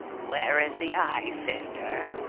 where is the eye, sister?